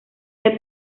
del